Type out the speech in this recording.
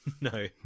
No